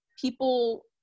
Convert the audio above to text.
people